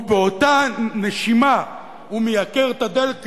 ובאותה נשימה מייקר את הדלק,